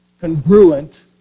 congruent